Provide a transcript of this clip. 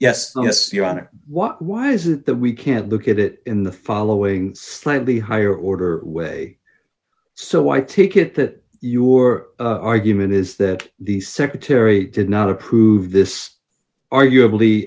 yes yes your honor what why is it that we can't look at it in the following slightly higher order way so why take it that your argument is that the secretary did not approve this arguably